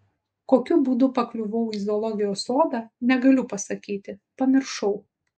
kokiu būdu pakliuvau į zoologijos sodą negaliu pasakyti pamiršau